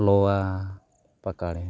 ᱞᱚᱣᱟ ᱯᱟᱠᱟᱲᱮ